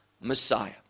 Messiah